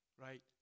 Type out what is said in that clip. right